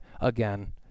again